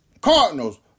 Cardinals